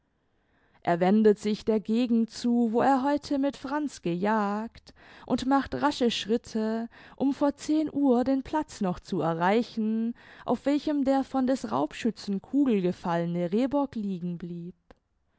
er wendet sich der gegend zu wo er heute mit franz gejagt und macht rasche schritte um vor zehn uhr den platz noch zu erreichen auf welchem der von des raubschützen kugel gefallene rehbock liegen blieb